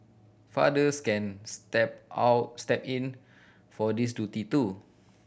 fathers can step out step in for this duty too